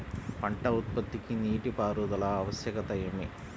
పంట ఉత్పత్తికి నీటిపారుదల ఆవశ్యకత ఏమి?